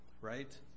right